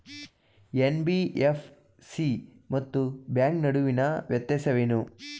NBFC ಮತ್ತು bank ನಡುವಿನ ವ್ಯತ್ಯಾಸವೇನು?